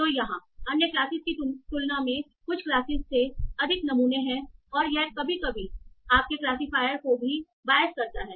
तो यहाँ अन्य क्लास की तुलना में कुछ क्लासेस से अधिक नमूने हैं और यह कभी कभी आपके क्लासीफायर को भी Bias करता है